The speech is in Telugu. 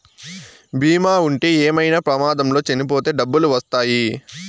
బీమా ఉంటే ఏమైనా ప్రమాదంలో చనిపోతే డబ్బులు వత్తాయి